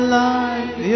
life